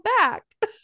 back